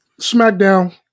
SmackDown